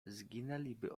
zginęliby